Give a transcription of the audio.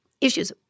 issues